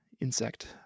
insect